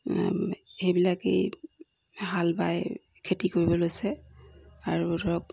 সেইবিলাকেই হাল বাই খেতি কৰিব লৈছে আৰু ধৰক